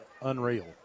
unreal